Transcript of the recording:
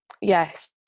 yes